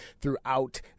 throughout